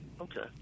Okay